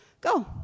go